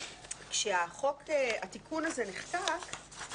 כשהתיקון הזה נחקק,